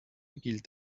gilt